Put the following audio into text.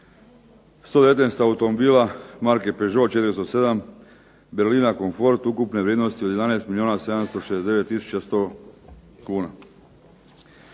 119 automobila marke Peugeot 407, Berlinga confort ukupne vrijednosti od 11 milijuna